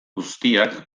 guztiak